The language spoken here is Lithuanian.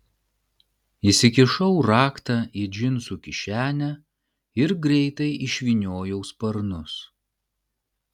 įsikišau raktą į džinsų kišenę ir greitai išvyniojau sparnus